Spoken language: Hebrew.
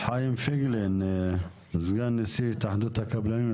חיים פייגלין, סגן נשיא התאחדות הקבלנים.